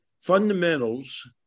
fundamentals